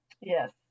Yes